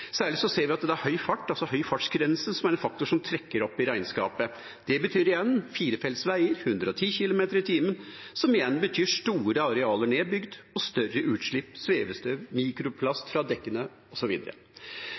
Særlig ser vi at høy fartsgrense er en faktor som trekker opp regnskapet. Det betyr igjen firefelts veier, 110 km/t, som igjen betyr store arealer nedbygd og større utslipp, svevestøv, mikroplast